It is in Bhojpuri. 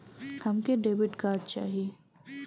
हमके डेबिट कार्ड चाही?